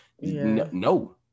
no